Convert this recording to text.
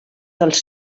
dels